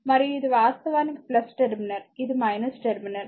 మరియు ఇది వాస్తవానికి టెర్మినల్ ఇది టెర్మినల్